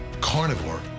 carnivore